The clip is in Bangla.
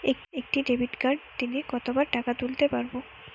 একটি ডেবিটকার্ড দিনে কতবার টাকা তুলতে পারব?